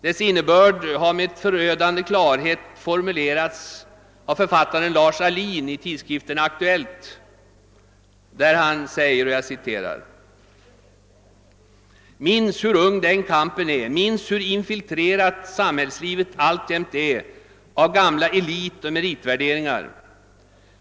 Dess innebörd har med förödande klarhet formulerats av författaren Lars Ahlin i tidskriften Aktuellt: »Minns hur ung den kampen är, minns hur infiltrerat samhällslivet alltjämt är av gamla elitoch meritvärderingar.